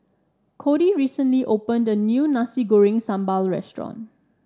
Cody recently opened a new Nasi Goreng Sambal Restaurant